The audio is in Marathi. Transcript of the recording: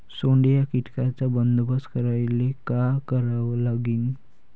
सोंडे या कीटकांचा बंदोबस्त करायले का करावं लागीन?